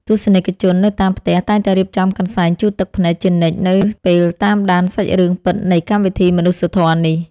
ទស្សនិកជននៅតាមផ្ទះតែងតែរៀបចំកន្សែងជូតទឹកភ្នែកជានិច្ចនៅពេលតាមដានសាច់រឿងពិតនៃកម្មវិធីមនុស្សធម៌នេះ។